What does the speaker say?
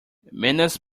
manners